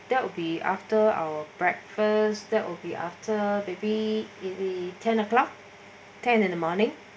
that would be after our breakfast that will be after maybe is the ten o'clock ten in the morning